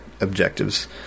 objectives